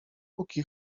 póki